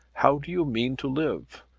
how do you mean to live?